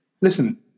Listen